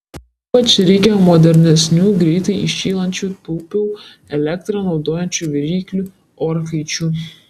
ypač reikia modernesnių greitai įšylančių taupiau elektrą naudojančių viryklių orkaičių